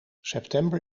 september